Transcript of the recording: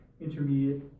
intermediate